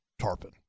Tarpon